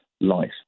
life